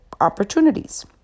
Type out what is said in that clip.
opportunities